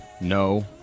No